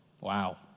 Wow